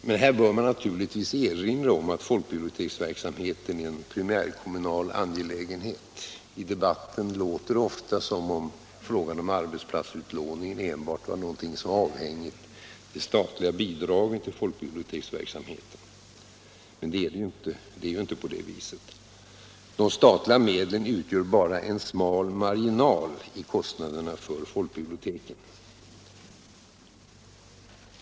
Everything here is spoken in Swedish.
Man bör naturligtvis också erinra om att folkbiblioteksverksamheten är en primärkommunal angelägenhet. I debatten låter det ofta som om arbetsplatsutlåningen enbart var avhängig av de statliga bidragen till folkbiblioteksverksamheten. Men det är ju inte på det viset. De statliga medlen utgör bara en smal marginal i kostnaderna för folkbiblioteken.